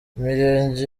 imirenge